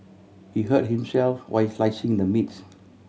he hurt himself while slicing the meat